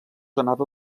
anava